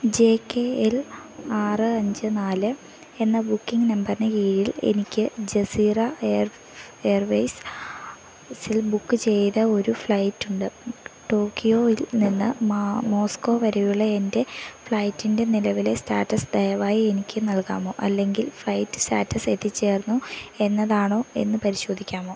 J K L ആറ് അഞ്ച് നാല് എന്ന ബുക്കിങ് നമ്പറിനു കീഴിൽ എനിക്ക് ജസീറ എയർ എയർവേയ്സിൽ ബുക്ക് ചെയ്ത ഒരു ഫ്ലൈറ്റുണ്ട് ടോക്കിയോയിൽ നിന്ന് മോസ്കോ വരെയുള്ള എന്റെ ഫ്ലൈറ്റിന്റെ നിലവിലെ സ്റ്റാറ്റസ് ദയവായി എനിക്കു നൽകാമോ അല്ലെങ്കിൽ ഫ്ലൈറ്റ് സ്റ്റാറ്റസ് എത്തിച്ചേർന്നു എന്നതാണോ എന്നു പരിശോധിക്കാമോ